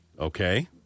Okay